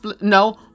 no